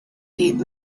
deep